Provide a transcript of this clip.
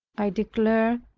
i declare,